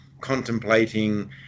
contemplating